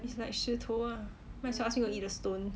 is like 石头啊 might as well ask you eat the stone